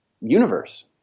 universe